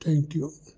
thank you